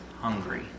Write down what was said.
hungry